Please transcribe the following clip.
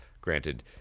granted